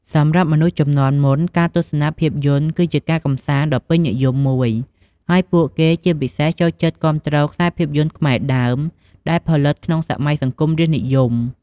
សម្រាប់មនុស្សជំនាន់មុន ការទស្សនាភាពយន្តគឺជាការកម្សាន្តដ៏ពេញនិយមមួយ ហើយពួកគេជាពិសេសចូលចិត្តគាំទ្រខ្សែភាពយន្តខ្មែរដើមដែលផលិតក្នុងសម័យសង្គមរាស្ត្រនិយម។